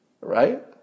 right